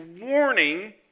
warning